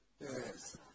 Yes